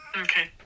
Okay